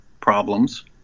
problems